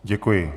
Děkuji.